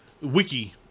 wiki